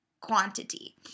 quantity